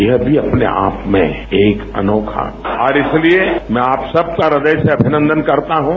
यह भी अपने आप में एक अनोखा और इसलिए मैं आप सबका इदय से अभिनंदन करता हूं